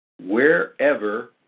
Wherever